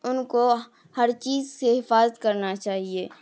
ان کو ہر چیز سے حفاظت کرنا چاہیے